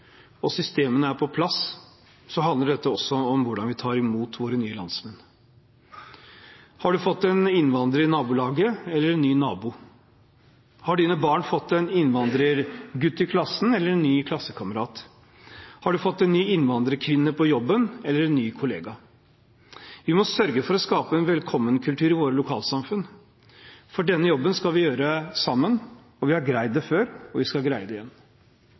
og systemene er på plass, handler dette også om hvordan vi tar imot våre nye landsmenn. Har man fått en innvandrer i nabolaget, eller en ny nabo? Har barna fått en innvandrergutt i klassen, eller en ny klassekamerat? Har man fått en ny innvandrerkvinne på jobben, eller en ny kollega? Vi må sørge for å skape en velkommenkultur i våre lokalsamfunn, for denne jobben skal vi gjøre sammen. Vi har greid det før, og vi skal greie det igjen.